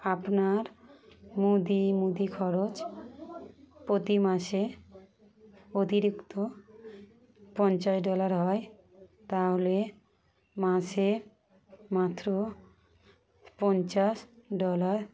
আপনার মুদি মুদি খরচ প্রতি মাসে অতিরিক্ত পঞ্চাশ ডলার হয় তাহলে মাসে মাত্র পঞ্চাশ ডলার